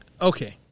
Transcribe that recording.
Okay